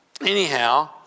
Anyhow